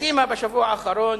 קדימה בשבוע האחרון